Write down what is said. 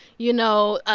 you know,